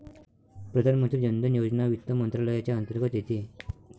प्रधानमंत्री जन धन योजना वित्त मंत्रालयाच्या अंतर्गत येते